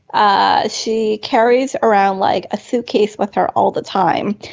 ah she carries around like a suitcase with her all the time.